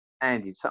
Andy